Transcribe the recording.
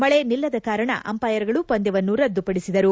ಮಳೆ ನಿಲ್ಲದ ಕಾರಣ ಅಂಪ್ಟೆರ್ ಗಳು ಪಂದ್ಯವನ್ನು ರದ್ದುಪಡಿಸಿದರು